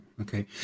Okay